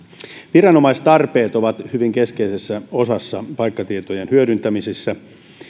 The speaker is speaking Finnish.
viranomaistarpeet ovat hyvin keskeisessä osassa paikkatietojen hyödyntämisessä